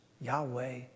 Yahweh